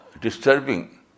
disturbing